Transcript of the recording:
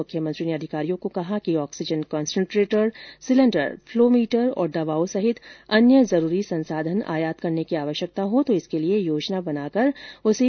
मुख्यमंत्री ने अधिकारियों को कहा कि oxygen concentrator cylinder flow meter और दवाओं सहित अन्य जरूरी संसाधन आयात करने की आवश्यकता हो तो इसके लिए योजना बनाकर उसे त्वरित रूप से अंजाम दे